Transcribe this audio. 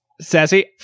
Sassy